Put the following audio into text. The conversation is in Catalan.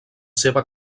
seva